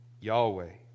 Yahweh